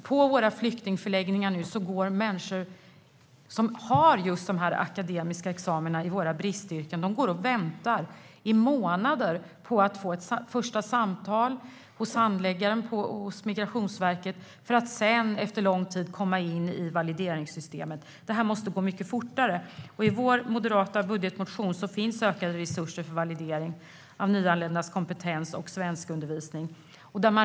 På våra flyktingförläggningar går nu människor som har just de här akademiska examina i våra bristyrken och väntar i månader på att få ett första samtal hos handläggaren på Migrationsverket för att sedan efter lång tid komma in i valideringssystemet. Det här måste gå mycket fortare. I vår moderata budgetmotion finns ökade resurser för validering av nyanländas kompetens och svenskundervisning.